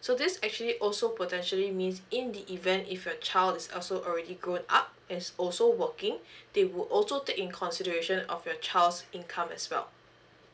so this actually also potentially means in the event if your child is also already grown up and is also working they would also take in consideration of your child's income as well